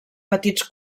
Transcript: petits